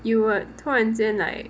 you would 突然间 like